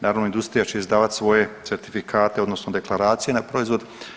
Naravno industrija će izdavati svoje certifikate odnosno deklaracije na proizvod.